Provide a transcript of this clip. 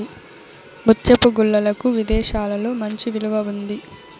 ముత్యపు గుల్లలకు విదేశాలలో మంచి విలువ ఉంది